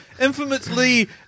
Infamously